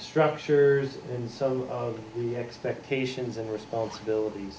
structures and some of the expectations and responsibilit